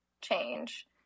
change